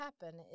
happen